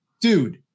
Dude